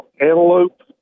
antelope